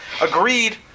agreed